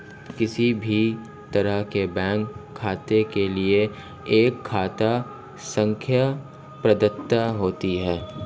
किसी भी तरह के बैंक खाते के लिये एक खाता संख्या प्रदत्त होती है